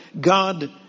God